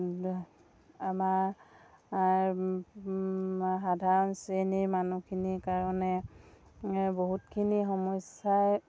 আমাৰ সাধাৰণ শ্ৰেণীৰ মানুহখিনিৰ কাৰণে বহুতখিনি সমস্যাই